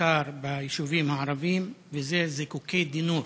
בעיקר ביישובים הערביים, וזה זיקוקי די-נור.